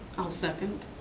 i'll second.